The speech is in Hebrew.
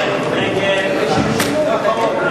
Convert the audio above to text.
הרחבת הזכאות לשירותים בתחום התפתחות